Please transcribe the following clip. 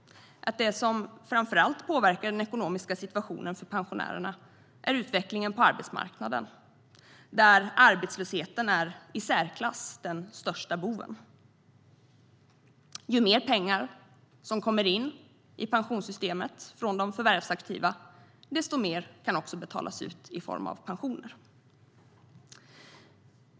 Det som framför allt påverkar den ekonomiska situationen för pensionärerna är utvecklingen på arbetsmarknaden, där arbetslösheten är den i särklass största boven. Ju mer pengar som kommer in i pensionssystemet från de förvärvsaktiva desto mer kan betalas ut i form av pensioner.